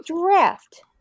draft